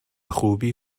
خوبی